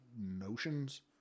notions